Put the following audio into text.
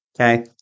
Okay